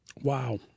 Wow